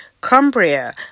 Cumbria